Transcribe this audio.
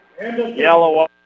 yellow